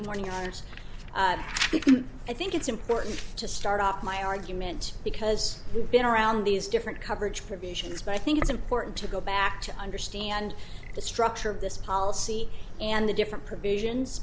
of morning honors i think it's important to start off my argument because we've been around these different coverage provisions but i think it's important to go back to understand the structure of this policy and the different provisions